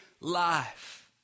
life